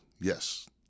yes